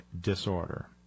disorder